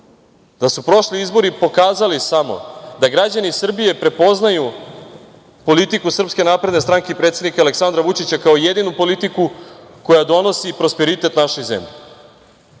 da su prošli izbori pokazali samo da građani Srbije prepoznaju politiku SNS i predsednika Aleksandra Vučića kao jedinu politiku koja donosi prosperitet našoj zemlji. Ako